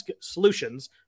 solutions